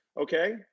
okay